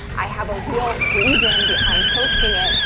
i have a real reason behind posting it,